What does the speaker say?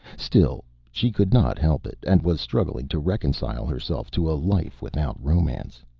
still, she could not help it, and was struggling to reconcile herself to a life without romance.